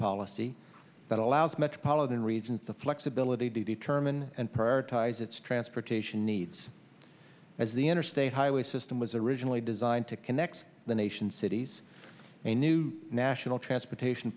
policy that allows metropolitan regions the flexibility to determine and prioritize its transportation needs as the interstate highway system was originally designed to connect the nation's cities a new national transportation